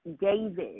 David